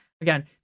Again